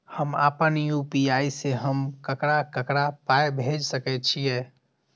हम आपन यू.पी.आई से हम ककरा ककरा पाय भेज सकै छीयै?